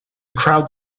crowd